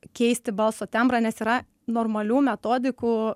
keisti balso tembrą nes yra normalių metodikų